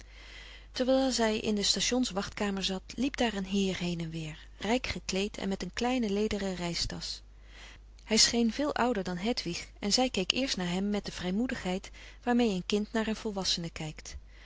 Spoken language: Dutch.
terwijl zij in de stations wachtkamer zat liep daar een heer heen en weer rijk gekleed en met een kleine lederen reischtasch hij scheen veel ouder dan hedwig en zij keek eerst naar hem met de vrijmoedigheid waarmee een kind naar een volwassene kijkt